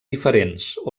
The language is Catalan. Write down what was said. diferents